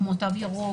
כמו תו ירוק,